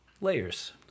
Layers